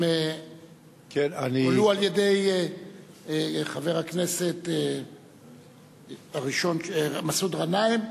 שהועלו על-ידי חבר הכנסת הראשון מסעוד גנאים,